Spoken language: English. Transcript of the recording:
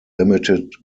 limited